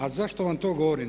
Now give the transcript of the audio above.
A zašto vam to govorim?